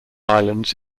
islands